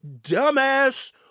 dumbass